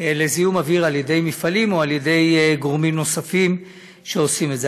לזיהום אוויר על ידי מפעלים או על ידי גורמים אחרים שעושים את זה.